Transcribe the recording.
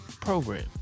program